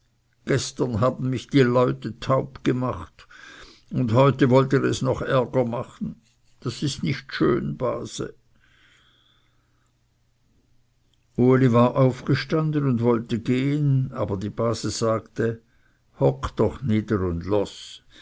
gestern haben mich die leute taub gemacht und heute wollt ihr es noch ärger machen das ist nicht schön base uli war aufgestanden und wollte gehen aber die base sagte hock doch nieder und